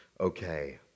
okay